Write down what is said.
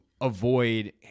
avoid